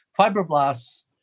fibroblasts